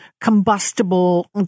combustible